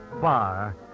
Bar